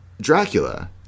Dracula